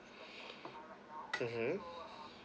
mmhmm